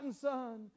son